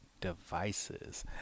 devices